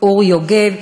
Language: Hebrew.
אורי יוגב,